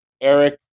eric